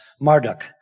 Marduk